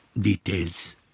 details